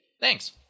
Thanks